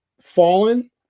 fallen